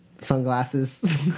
sunglasses